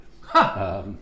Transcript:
Ha